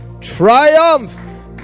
triumph